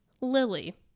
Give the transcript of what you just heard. Lily